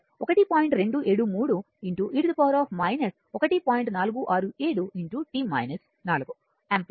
467 ampere అవుతుంది